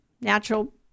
natural